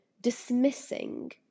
dismissing